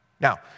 Now